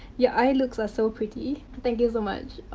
your eye looks are so pretty. thank you so much. ah,